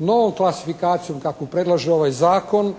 No klasifikacijom kako predlaže ovaj zakon